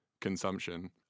consumption